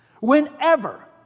Whenever